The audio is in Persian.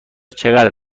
چقدر